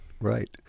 Right